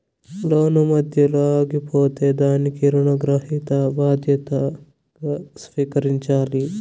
లోను మధ్యలో ఆగిపోతే దానికి రుణగ్రహీత బాధ్యతగా స్వీకరించాలి